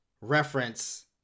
reference